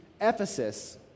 Ephesus